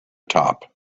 top